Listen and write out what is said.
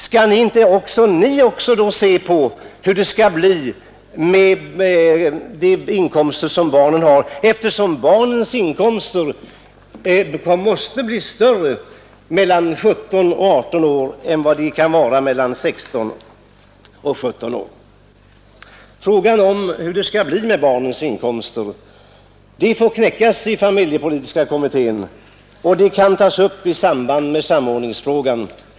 Skall då inte också ni ta ställning till hur det skall bli med barnens inkomster, eftersom dessa måste bli större mellan 17 och 18 år än vad de kan bli mellan 16 och 17 år? Frågan om barnens inkomster får knäckas i familjepolitiska kommittén och kan tas upp i samband med samordningsfrågan.